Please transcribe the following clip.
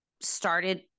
started